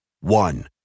One